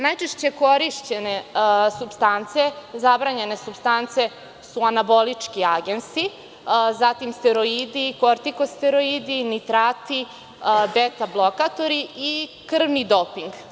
Najčešće korišćene supstance, zabranjene supstance su anabolički agensi, zatim steroidi, kortekosteoridi, nitrati, beta blokatori i krvni doping.